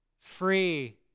free